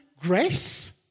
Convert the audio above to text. grace